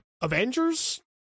Avengers